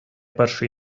першої